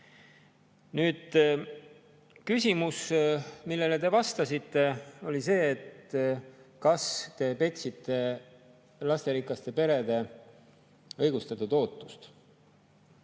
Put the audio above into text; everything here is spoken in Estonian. küsimus, millele te vastasite, oli see, et kas te petsite lasterikaste perede õigustatud ootust.